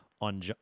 on